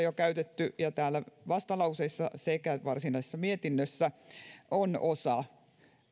jo mainittu ja täällä vastalauseissa sekä varsinaisessa mietinnössä on osa